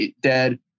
dead